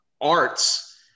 arts